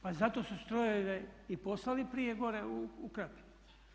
Pa zato su strojeve i poslali prije gore u Krapinu.